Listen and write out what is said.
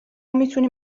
میتوانیم